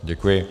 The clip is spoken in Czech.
Děkuji.